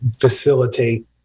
facilitate